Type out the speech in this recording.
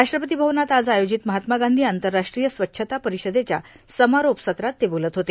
राष्ट्रपती भवनात आज आयोजित महात्मा गांधी आंतरराष्ट्रीय स्वच्छता परिषदेच्या समारोप सत्रात ते बोलत होते